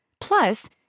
Plus